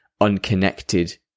unconnected